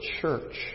church